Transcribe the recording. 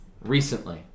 Recently